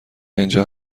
اینجا